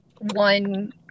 one